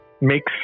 makes